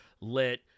let